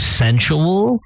sensual